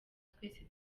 twese